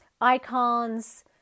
icons